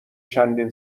چندین